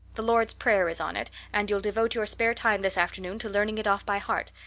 the lord's prayer is on it and you'll devote your spare time this afternoon to learning it off by heart.